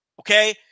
okay